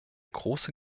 große